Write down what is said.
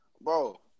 Bro